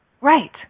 Right